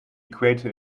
equator